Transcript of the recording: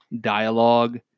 dialogue